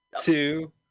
two